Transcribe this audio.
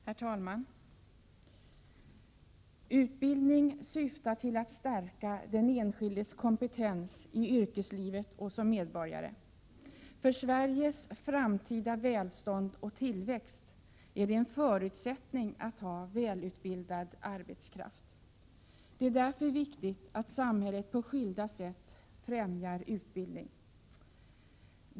Herr talman! Utbildning syftar till att stärka den enskildes kompetens i yrkeslivet och som medborgare. För Sveriges framtida välstånd och tillväxt är det en förutsättning att ha välutbildad arbetskraft. Det är därför viktigt att samhället på skilda sätt främjar utbildning.